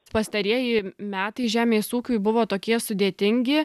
pastarieji metai žemės ūkiui buvo tokie sudėtingi